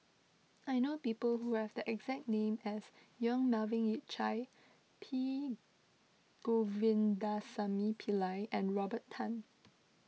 I know people who have the exact name as Yong Melvin Yik Chye P Govindasamy Pillai and Robert Tan